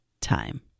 time